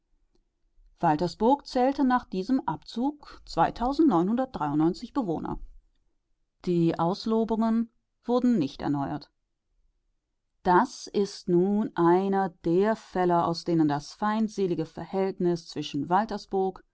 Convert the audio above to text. zählte nach diesem abzug die auslobungen wurden nicht erneuert das ist nun einer der fälle aus denen das feindselige verhältnis zwischen